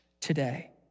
today